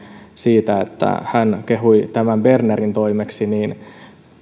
siitä kun hän kehui tämän bernerin toimeksi